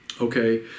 okay